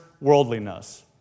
worldliness